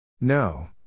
No